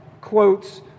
quotes